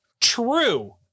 true